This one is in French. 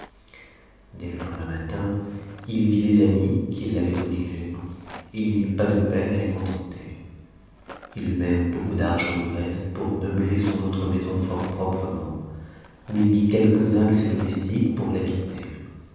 dès le lendemain matin il vit les amis qui l'avaient obligé et il n'eut pas de peine à les contenter il eut même beaucoup d'argent de reste pour meubler son autre maison fort proprement où il mit quelques-uns de ses domestiques pour l'habiter